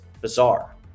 bizarre